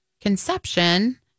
conception